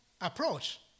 approach